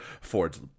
Ford's